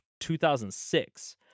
2006